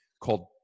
called